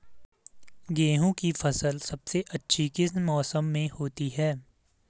गेहूँ की फसल सबसे अच्छी किस मौसम में होती है